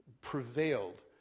prevailed